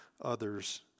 others